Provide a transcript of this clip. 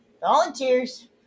Volunteers